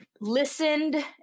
listened